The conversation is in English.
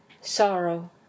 sorrow